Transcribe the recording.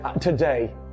today